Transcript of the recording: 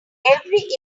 every